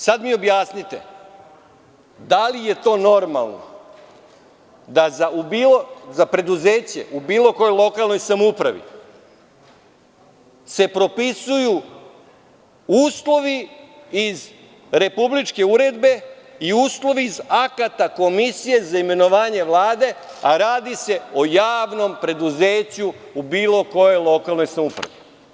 Sada mi objasnite, da li je to normalno da za preduzeće u bilo kojoj lokalnoj samoupravi se propisuju uslovi iz Republičke uredbe i uslovi iz akata komisije za imenovanje Vlade, a radi se o javnom preduzeću u bilo kojoj lokalnoj samoupravi?